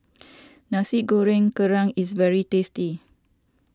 Nasi Goreng Kerang is very tasty